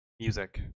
music